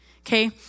Okay